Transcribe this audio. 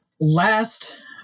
last